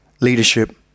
leadership